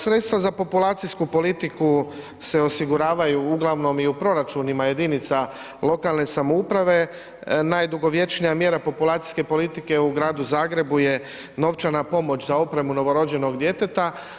Sredstva za populacijsku politiku se osiguravaju uglavnom i u proračunima jedinica lokalne samouprave, najdugovječnija mjera populacijske politike u Gradu Zagrebu je novčana pomoć za opremu novorođenog djeteta.